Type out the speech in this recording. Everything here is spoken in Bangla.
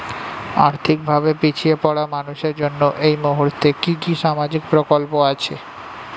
আর্থিক ভাবে পিছিয়ে পড়া মানুষের জন্য এই মুহূর্তে কি কি সামাজিক প্রকল্প আছে?